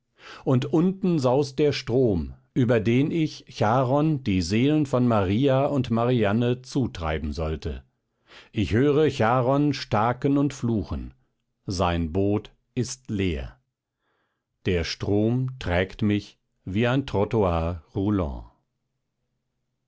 und unten saust der strom über den ich charon die seelen von maria und marianne zutreiben sollte ich höre charon staken und fluchen sein boot ist leer der strom trägt mich wie ein trottoir